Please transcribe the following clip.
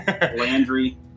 Landry